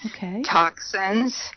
toxins